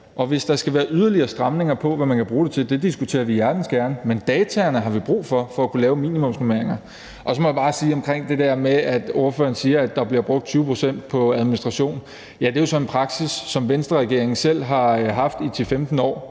hvis der skal være yderligere stramninger på, hvad man kan bruge det til, så diskuterer vi det hjertens gerne. Men de data har vi brug for for at kunne lave minimumsnormeringer. Så må jeg bare sige til det, spørgeren siger, altså at der bliver brugt 20 pct. på administration: Ja, det er jo så en praksis, som Venstreregeringen selv har haft i 10-15 år,